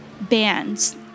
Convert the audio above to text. bands